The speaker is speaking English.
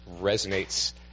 resonates